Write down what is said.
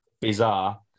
Bizarre